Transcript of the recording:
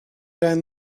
down